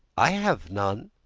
i have none.